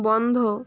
বন্ধ